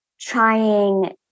trying